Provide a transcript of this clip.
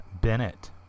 Bennett